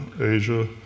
Asia